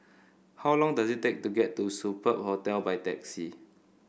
how long does it take to get to Superb Hostel by taxi